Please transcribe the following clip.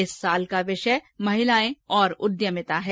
इस वर्ष का विषय महिलाएं और उद्यमिता है